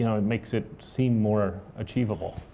you know it makes it seem more achievable.